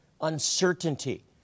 uncertainty